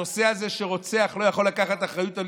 הנושא הזה שרוצח לא יכול לקחת אחריות על